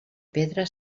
pedra